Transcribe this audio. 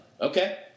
Okay